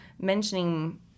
mentioning